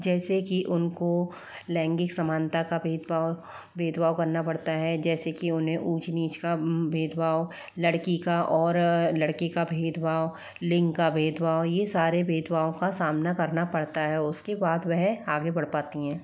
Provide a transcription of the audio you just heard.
जैसे की उनको लैंगिक समानता का भेदभाव भेदभाव करना पड़ता है जैसे की उन्हें ऊंच नीच का भेदभाव लड़की का और लड़के का भेदभाव लिंग का भेदभाव ये सारे भेदभाव का सामना करना पड़ता है उसके बाद वे आगे बढ़ पाती हैं